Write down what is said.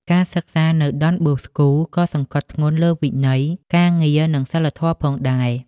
ការសិក្សានៅដុនបូស្កូក៏សង្កត់ធ្ងន់លើវិន័យការងារនិងសីលធម៌ផងដែរ។